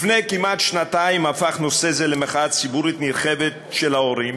לפני כמעט שנתיים הפך נושא זה למחאה ציבורית נרחבת של ההורים,